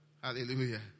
Hallelujah